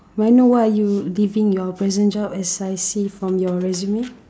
may I know why are you leaving your present job as I see from your resume